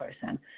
person